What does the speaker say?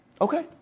Okay